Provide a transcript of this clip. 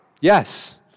Yes